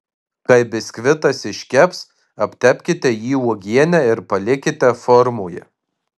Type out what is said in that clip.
kai biskvitas iškeps aptepkite jį uogiene ir palikite formoje